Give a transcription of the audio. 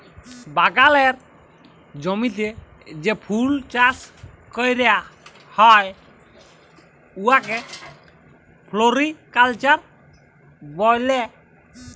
বাগালের জমিতে যে ফুল চাষ ক্যরা হ্যয় উয়াকে ফোলোরিকাল্চার ব্যলে